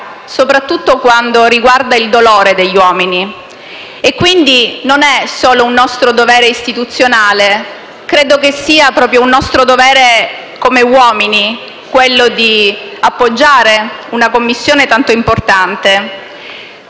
soprattutto quando riguarda il dolore degli uomini. Quindi non è solo un nostro dovere istituzionale, credo sia un nostro dovere come uomini, quello di appoggiare una Commissione tanto importante.